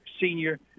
senior